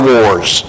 Wars